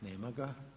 Nema ga.